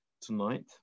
tonight